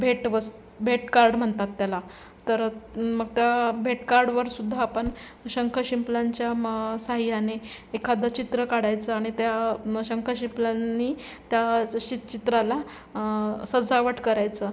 भेटवस् भेटकार्ड म्हणतात त्याला तर मग त्या भेटकार्डवरसुद्धा आपण शंख शिंपल्यांच्या म् साह्याने एखादं चित्र काढायचं आणि त्या म् शंख शिंपलांनी त्या ज् शि चित्राला सजावट करायचं